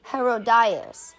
Herodias